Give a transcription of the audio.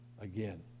again